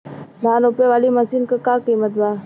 धान रोपे वाली मशीन क का कीमत बा?